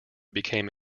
became